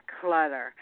Clutter